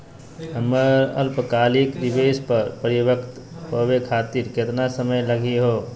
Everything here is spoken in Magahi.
हमर अल्पकालिक निवेस क परिपक्व होवे खातिर केतना समय लगही हो?